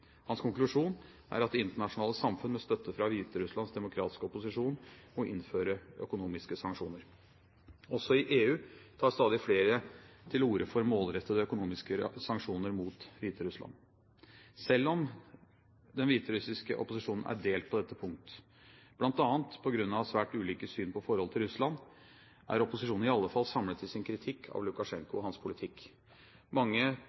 Hans konklusjon er at det internasjonale samfunn, med støtte fra Hviterusslands demokratiske opposisjon, må innføre økonomiske sanksjoner. Også i EU tar stadig flere til orde for målrettede økonomiske sanksjoner mot Hviterussland. Selv om den hviterussiske opposisjonen er delt på dette punkt, bl.a. på grunn av svært ulike syn på forholdet til Russland, er opposisjonen i alle fall samlet i sin kritikk av Lukasjenko og hans politikk. Mange